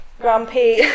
grumpy